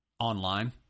online